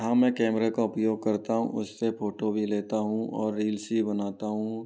हाँ मैं कैमरे का उपयोग करता हूँ उससे फोटो भी लेता हूँ और रिल्स भी बनाता हूँ